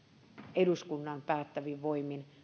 eduskunnan päättävin voimin